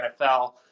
NFL